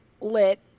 lit